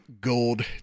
Gold